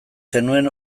zenuen